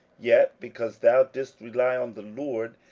yet, because thou didst rely on the lord,